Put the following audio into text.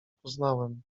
poznałem